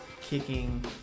kicking